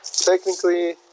Technically